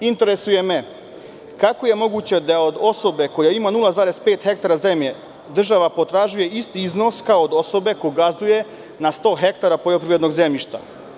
Interesuje me kako je moguće da, od osobe koja ima 0,5 hektara zemlje, država potražuje isti iznos kao od osobe koja gazduje na 100 hektara poljoprivrednog zemljišta?